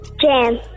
Jam